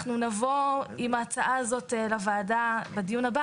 אנחנו נבוא עם ההצעה הזאת לוועדה בדיון הבא.